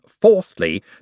fourthly